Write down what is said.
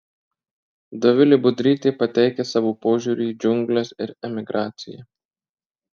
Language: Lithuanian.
dovilė budrytė pateikia savo požiūrį į džiungles ir emigraciją